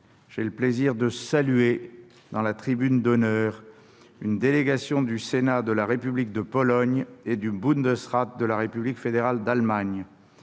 j'ai le plaisir de saluer, dans la tribune d'honneur, une délégation du Sénat de la République de Pologne et du Bundesrat de la République fédérale d'Allemagne.